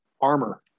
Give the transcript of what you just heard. armor